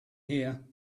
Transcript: here